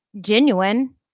genuine